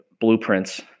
blueprints